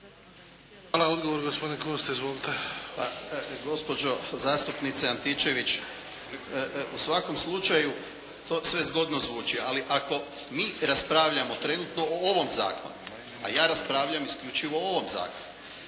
Hvala. Odgovor, gospodin Kunst. Izvolite. **Kunst, Boris (HDZ)** Gospođo zastupnice Antičević, u svakom slučaju to sve zgodno zvuči, ali ako mi raspravljamo trenutno o ovom zakonu, a ja raspravljam isključivo o ovom zakonu,